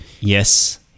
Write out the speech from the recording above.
Yes